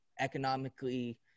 economically